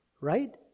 Right